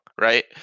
right